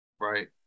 right